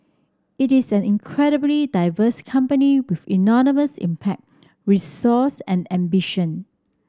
it is an incredibly diverse company with enormous impact resource and ambition